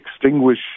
extinguish